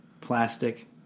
plastic